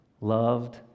loved